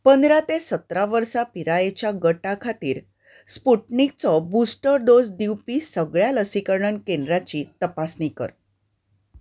पंदरा ते सतरा वर्सां पिरायेच्या गटा खातीर स्पुटनिकचो बुस्टर डोस दिवपी सगळ्या लसीकरण केंद्रांची तपासणी कर